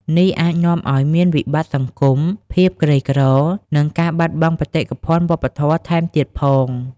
នេះអាចនាំឱ្យមានវិបត្តិសង្គម ភាពក្រីក្រ និងការបាត់បង់បេតិកភណ្ឌវប្បធម៌ថែមទៀតផង។